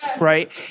right